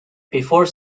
before